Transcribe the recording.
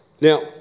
Now